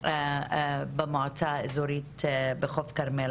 במועצה האזורית בחוף כרמל?